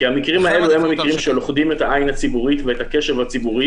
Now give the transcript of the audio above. כי המקרים האלה הם המקרים שלוכדים את העין הציבורית ואת הקשב הציבורי,